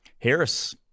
Harris